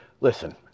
listen